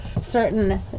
certain